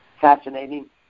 fascinating